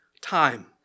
time